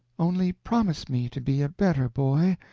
only promise me to be a better boy.